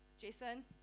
Jason